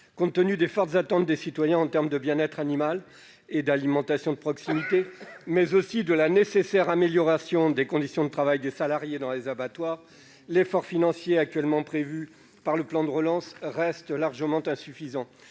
seulement des fortes attentes des citoyens en matière de bien-être animal et d'alimentation de proximité, mais aussi de la nécessaire amélioration des conditions de travail des salariés dans les abattoirs, l'effort financier actuellement prévu par le plan de relance reste largement insuffisant.